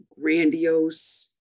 grandiose